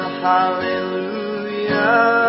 hallelujah